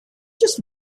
just